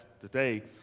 today